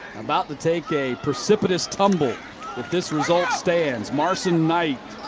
about to take a precipitous tumble if this result stands. marson-knight